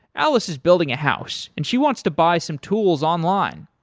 alice is building a house and she wants to buy some tools online.